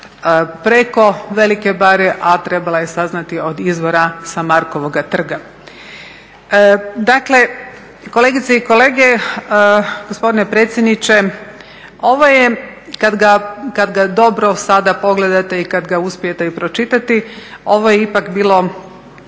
preko Velike Bare, a trebala je saznati od izvora sa Markovoga trga. Dakle, kolegice i kolege, gospodine predsjedniče, ovo je, kad ga dobro sada pogledate i kad ga uspijete i pročitati, ovo je ipak bilo